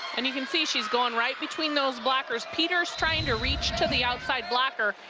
and you can see she's going right between those blockers. peter's trying to reach to the outside blocker,